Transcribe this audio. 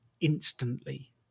instantly